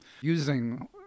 using